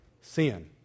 sin